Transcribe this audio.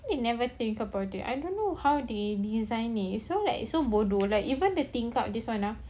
why they never think about it I don't know how they design it is so like so bodoh like even the tingkap this one ah